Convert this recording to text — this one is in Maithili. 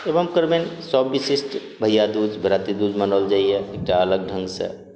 एवम तरहेँ सब विशिष्ट भैया दूज भ्राति दूत मनाओल जाइए एकटा अलग ढङसँ